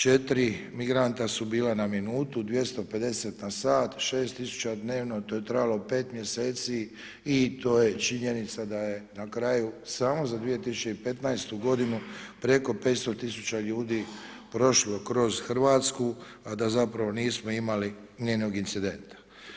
četiri migranta su bila na minutu, 250 na sat, 6 000 dnevno, to je trajalo 5 mjeseci i to je činjenica da je na kraju samo za 2015. godinu preko 500 000 ljudi prošlo kroz Hrvatsku a da zapravo nismo imali nijednog incidenta.